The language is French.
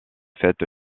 faite